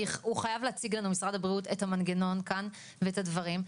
כי הוא חייב להציג לנו את המנגנון כאן ואת הדברים,